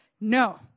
no